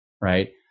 right